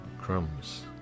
crumbs